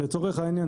לצורך העניין,